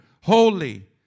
Holy